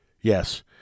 Yes